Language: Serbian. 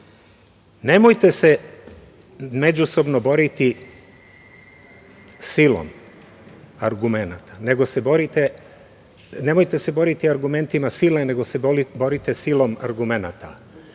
Nemojte se međusobno boriti argumentima sile, nego se borite silom argumenata.